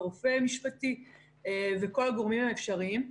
רופא משפטי וכל הגורמים האפשריים.